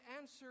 answer